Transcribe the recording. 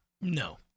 no